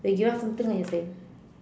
they give us something I think